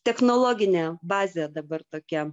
technologinė bazė dabar tokia